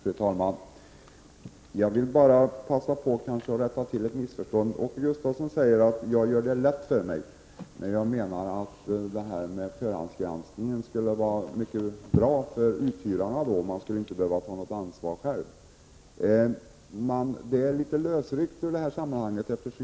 Fru talman! Jag vill bara passa på att rätta till ett missförstånd. Åke Gustavsson säger att jag gör det lätt för mig när jag menar att förhandsgranskningen skulle vara mycket bra för videouthyraren, att man inte skulle behöva ta något eget ansvar. Det är lösryckt i sammanhanget.